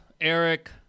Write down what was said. Eric